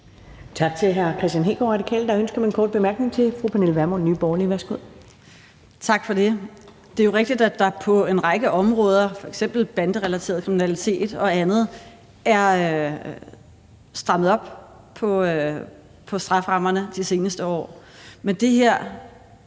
Tak til hr. Kristian Hegaard, Radikale. Der er ønske om en kort bemærkning fra fru Pernille Vermund, Nye Borgerlige. Værsgo. Kl. 11:14 Pernille Vermund (NB): Tak for det. Det er jo rigtigt, at der på en række områder, f.eks. banderelateret kriminalitet og andet, er strammet op på strafferammerne de seneste år, men det her